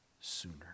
sooner